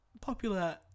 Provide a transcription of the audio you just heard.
popular